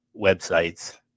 websites